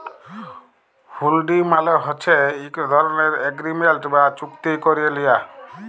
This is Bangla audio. হুল্ডি মালে হছে ইক ধরলের এগ্রিমেল্ট বা চুক্তি ক্যারে লিয়া